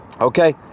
okay